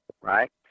right